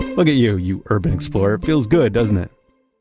look at you, you urban explorer. it feels good, doesn't it?